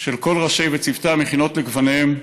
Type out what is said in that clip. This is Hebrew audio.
של כל ראשי וצוותי המכינות לגווניהן,